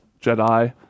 Jedi